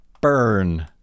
burn